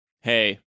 Hey